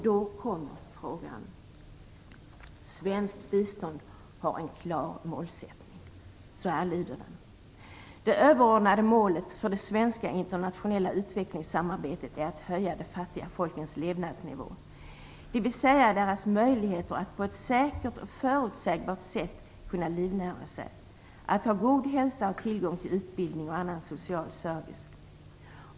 Då kommer jag till att svenskt bistånd har en klar målsättning: Det överordnade målet för det svenska internationella utvecklingssamarbetet är att höja de fattiga folkens levnadsnivå, dvs. deras möjligheter att på ett säkert och förutsägbart sätt kunna livnära sig, att ha god hälsa och tillgång till utbildning och annan social service.